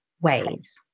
ways